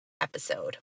episode